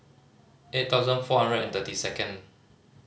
eight thousand four hundred and thirty second